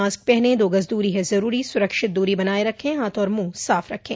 mask पहनें दो गज़ दूरी है ज़रूरी सुरक्षित दूरी बनाए रखें हाथ और मुंह साफ रखें